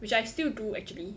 which I still do actually